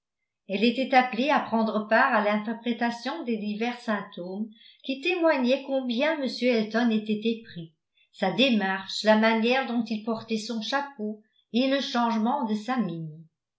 elle était appelée à prendre part à l'interprétation des divers symptômes qui témoignaient combien m elton était épris sa démarche la manière dont il portait son chapeau et le changement de sa mine